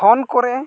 ᱠᱚᱨᱮ